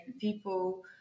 people